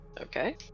okay